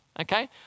Okay